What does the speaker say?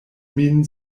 min